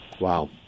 Wow